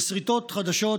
וסריטות חדשות